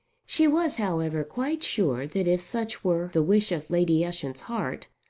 she was, however, quite sure that if such were the wish of lady ushant's heart,